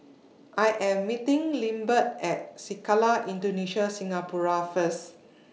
I Am meeting Lindbergh At Sekolah Indonesia Singapura First